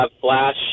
flash